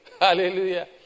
Hallelujah